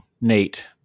Nate